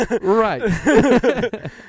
Right